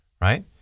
right